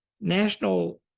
national